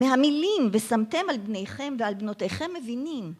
מהמילים, ושמתם על בנייכם ועל בנותיכם מבינים.